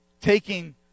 taking